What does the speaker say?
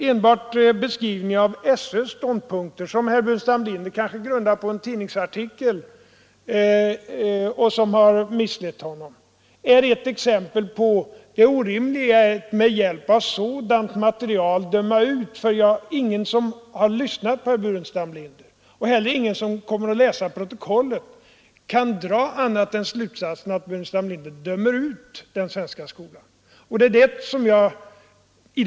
Enbart beskrivningen av skolöverstyrelsens ståndpunkter, vilken herr Burenstam Linder grundade på en tidningsartikel som i så fall har misslett honom, är ett exempel på det orimliga i att utdöma vår skola på sådant material. Ingen som här har lyssnat till herr Burenstam Linder och ingen som senare kommer att läsa kammarens protokoll kan säkerligen dra annan slutsats än att herr Burenstam Linder i sitt första inlägg dömde ut den svenska skolan.